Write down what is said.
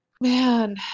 Man